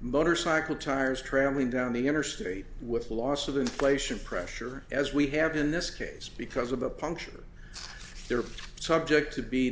motorcycle tires travelling down the interstate with loss of inflation pressure as we have in this case because of the puncture they're subject to beat